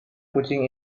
kucing